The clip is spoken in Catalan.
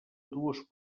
dues